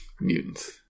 mutants